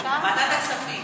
ועדת הכספים.